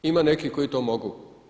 Ima nekih koji to mogu.